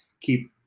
keep